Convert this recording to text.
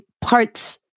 parts